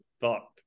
thought